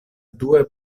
due